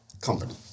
company